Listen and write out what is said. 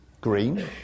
green